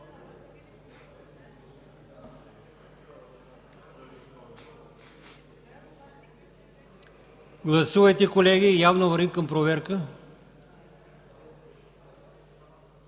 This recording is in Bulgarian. Гласувайте, колеги, явно вървим към проверка.